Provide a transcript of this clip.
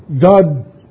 God